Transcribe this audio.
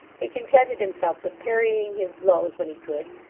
he contented himself with parrying his blows when he could,